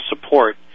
support